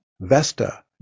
Vesta